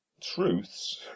Truths